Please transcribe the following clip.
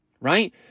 right